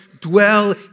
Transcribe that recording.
dwell